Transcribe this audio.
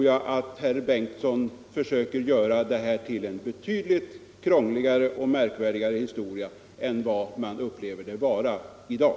Jag tror att herr Bengtsson försöker göra det här till en krångligare och märkvärdigare historia än det är i dag.